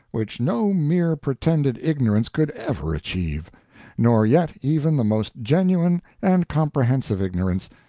which no mere pretended ignorance could ever achieve nor yet even the most genuine and comprehensive ignorance,